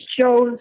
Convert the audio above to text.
shows